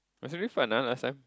it's really fun ah last time